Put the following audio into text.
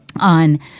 on